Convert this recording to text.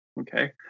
okay